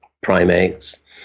primates